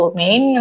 main